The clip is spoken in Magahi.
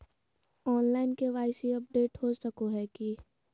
ऑनलाइन के.वाई.सी अपडेट हो सको है की?